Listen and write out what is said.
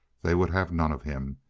they would have none of him.